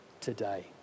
today